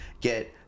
get